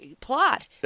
plot